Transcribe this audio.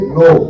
no